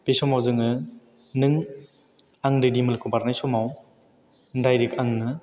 बे समाव आं बे दिमोलखौ बारनाय समाव डाइरेक्ट आङो